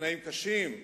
בתנאים קשים,